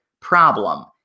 problem